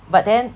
but then